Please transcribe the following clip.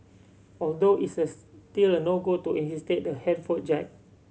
although it's a still a no go to reinstate the headphone jack